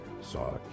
saw